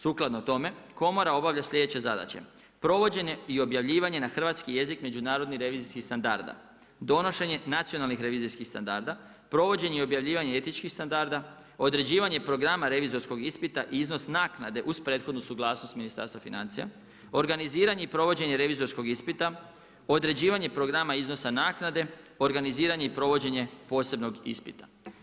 Sukladno tome Komora obavlja sljedeće zadaće: Provođenje i objavljivanje na hrvatski jezik međunarodnih revizijskih standarda, donošenje nacionalnih revizijskih standarda, provođenje i objavljivanje etičkih standarda, određivanje programa revizorskog ispita, iznos naknade uz prethodnu suglasnost Ministarstva financija, organiziranje i provođenje revizorskog ispita, određivanje programa iznosa naknade, organiziranje i provođenje posebnog ispita.